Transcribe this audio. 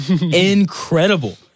incredible